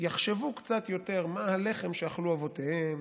יחשבו קצת יותר מה הלחם שאכלו אבותיהם,